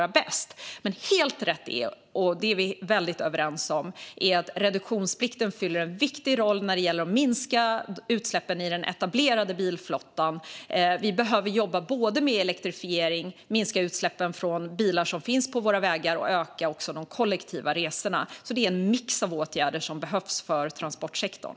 Det är dock helt rätt - det är vi överens om - att reduktionsplikten fyller en viktig roll när det gäller att minska utsläppen i den etablerade bilflottan. Vi behöver jobba med såväl elektrifiering som med att minska utsläppen från bilar på våra vägar och med att öka de kollektiva resorna. Det är en mix av åtgärder som behövs i transportsektorn.